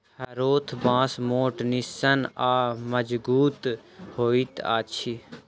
हरोथ बाँस मोट, निस्सन आ मजगुत होइत अछि